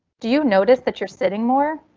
do you notice that you're sitting more?